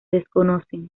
desconocen